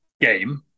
game